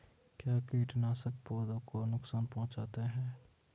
क्या कीटनाशक पौधों को नुकसान पहुँचाते हैं?